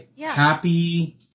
happy